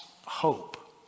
hope